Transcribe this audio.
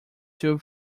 two